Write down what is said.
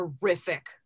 terrific